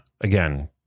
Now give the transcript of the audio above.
again